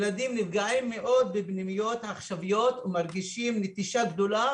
ילדים נפגעים מאוד בפנימיות העכשוויות ומרגישים נטישה גדולה